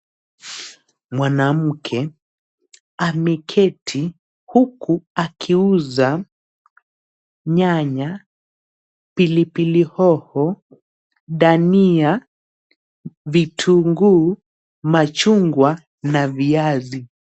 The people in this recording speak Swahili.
Mwanamke ameketi huku akiuza nyanya, pilipili hoho, dania, vitunguu, machungwa na viazi.